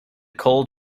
cold